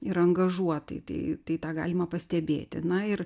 ir angažuotai tai tai tą galima pastebėti na ir